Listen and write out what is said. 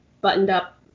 buttoned-up